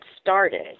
started